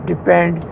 depend